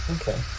Okay